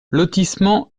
lotissement